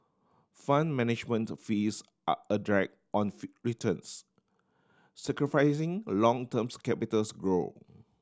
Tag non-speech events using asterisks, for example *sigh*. Fund Management fees are a drag on *unintelligible* returns sacrificing a long terms capitals grow